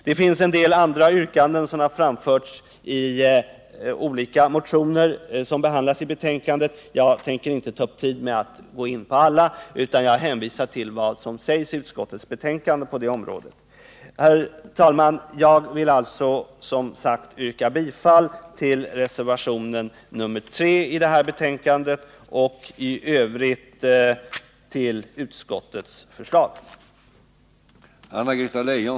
Det finns en del andra yrkanden som har framförts i olika motioner och som behandlas i betänkandet. Jag tänker inte ta upp tid med att gå in på alla, utan jag hänvisar till vad som sägs i utskottets betänkande på det området. Herr talman! Jag vill som sagt yrka bifall till reservationen 3 vid betänkandet och i övrigt bifall till utskottets hemställan.